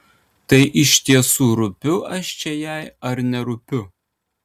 tai iš tiesų rūpiu aš čia jai ar nerūpiu